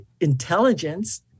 intelligence